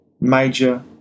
major